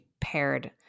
paired